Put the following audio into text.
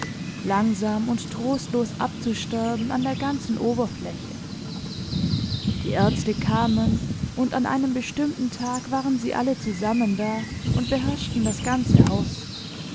langsam und trostlos abzusterben an der ganzen oberfläche die ärzte kamen und an einem bestimmten tag waren sie alle zusammen da und beherrschten das ganze haus